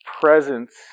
presence